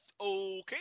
Okay